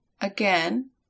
Again